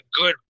good